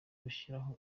gushyiraho